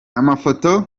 amafoto